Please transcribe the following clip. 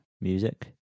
music